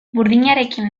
burdinarekin